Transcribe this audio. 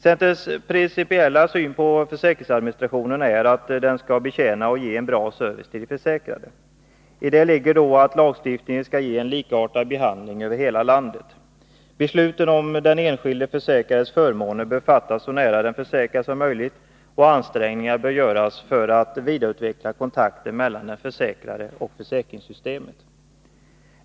Centerns principiella syn på försäkringsadministrationen är att den ska betjäna och ge en bra service till de försäkrade. I det inbegrips då att lagstiftningen ska ge förutsättningar för en likartad behandling över hela landet. Besluten om den enskilde försäkrades förmåner bör fattas så nära den försäkrade som möjligt, och ansträngningar bör göras för att vidareutveckla kontakten mellan den försäkrade och försäkringssystemet.